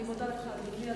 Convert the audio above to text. אני מודה לך, אדוני.